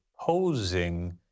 posing